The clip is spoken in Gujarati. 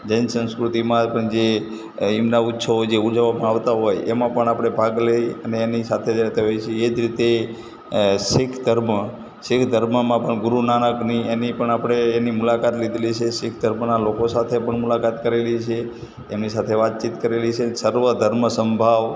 એ રીતે જૈન જૈન સંસ્કૃતિમાં પણ જે એમના ઉચ્છો જે ઉજવવામાં આવતા હોય એમાં પણ આપણે ભાગ લઈ અને એની સાથે રહેતા હોઈએ છીએ એ જ રીતે શીખ ધર્મ શીખ ધર્મમાં પણ ગુરૂ નાનકની એની પણ આપણે એની મુલાકાત લીધેલી છે શીખ ધર્મના લોકો સાથે પણ મુલાકાત કરેલી છે એમની સાથે વાતચીત કરેલી છે સર્વ ધર્મ સમભાવ